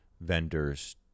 vendors